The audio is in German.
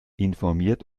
informiert